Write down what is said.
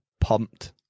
pumped